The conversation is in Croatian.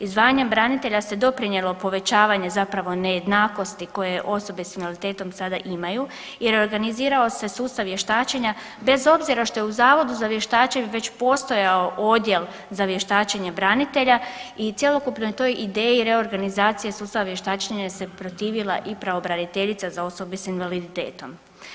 Izdvajanjem branitelja se doprinijelo povećavanje zapravo nejednakosti koje osobe s invaliditetom sada imaju jer organizirao se sustav vještačenja bez obzira što je u Zavodu za vještačenje već postojao odjel za vještačenje branitelja i cjelokupnoj toj ideji reorganizacije sustava vještačenja se protivila i pravobraniteljica za osobe s invaliditetom.